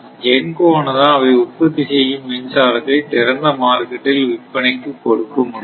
GENCO ஆனது அவை உற்பத்தி செய்யும் மின்சாரத்தை திறந்த மார்க்கெட்டில் விற்பனைக்கு கொடுக்க முடியும்